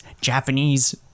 Japanese